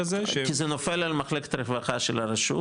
זה נופל על מחלקת הרווחה של הרשות.